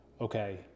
okay